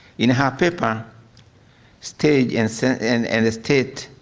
in his paper stage and so and and the state,